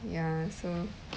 ya so